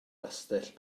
gastell